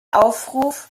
aufruf